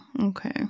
Okay